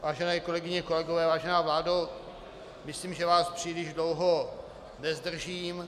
Vážené kolegyně, kolegové, vážená vládo, myslím, že vás příliš dlouho nezdržím.